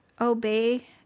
obey